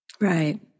Right